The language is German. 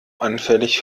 anfällig